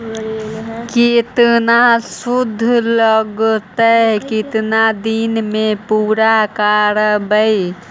केतना शुद्ध लगतै केतना दिन में पुरा करबैय?